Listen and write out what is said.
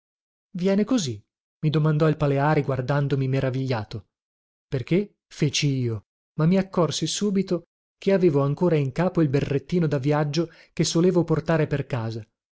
viene così mi domandò il paleari guardandomi meravigliato perché feci io ma mi accorsi subito che avevo ancora in capo il berrettino da viaggio che solevo portare per casa